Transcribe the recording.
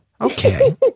Okay